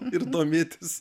ir domėtis